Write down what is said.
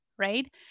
right